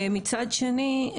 מצד שני,